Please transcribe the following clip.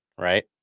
Right